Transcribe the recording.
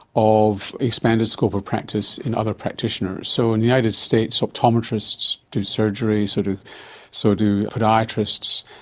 of expanded scope of practice in other practitioners? so in the united states optometrists do surgery, sort of so do podiatrists,